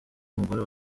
umugore